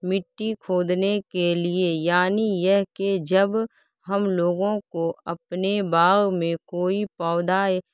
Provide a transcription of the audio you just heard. مٹی کھودنے کے لیے یعنی یہ کہ جب ہم لوگوں کو اپنے باغ میں کوئی پودا